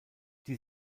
die